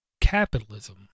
capitalism